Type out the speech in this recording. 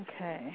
Okay